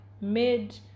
mid